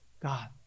God